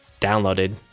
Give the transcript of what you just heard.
downloaded